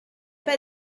pas